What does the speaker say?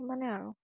সিমানে আৰু